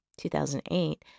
2008